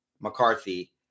mccarthy